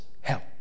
help